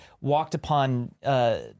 walked-upon